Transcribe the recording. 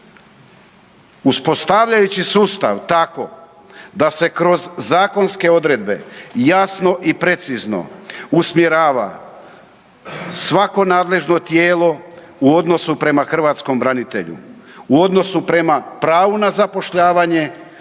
uspostavljajući sustav tako da se kroz zakonske odredbe jasno i precizno usmjerava svako nadležno tijelo u odnosu prema hrvatskom branitelju, u odnosu prema pravu na zapošljavanje